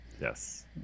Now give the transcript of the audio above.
Yes